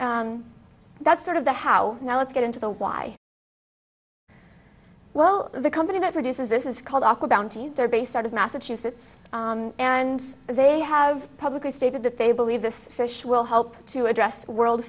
so that's sort of the how now let's get into the why well the company that produces this is called aqua bounty they're based out of massachusetts and they have publicly stated that they believe this fish will help to address world